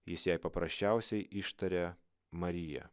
jis jai paprasčiausiai ištarė marija